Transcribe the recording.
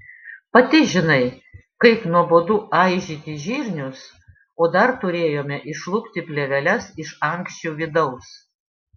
pati žinai kaip nuobodu aižyti žirnius o dar turėjome išlupti plėveles iš ankščių vidaus